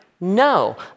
no